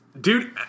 dude